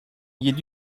yedi